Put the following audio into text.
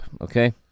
Okay